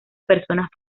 personas